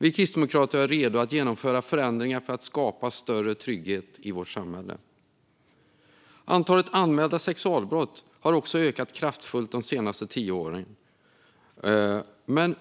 Vi kristdemokrater är redo att genomföra förändringar för att skapa större trygghet i vårt samhälle. Antalet anmälda sexualbrott har ökat kraftfullt de senaste tio åren.